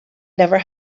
never